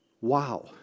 Wow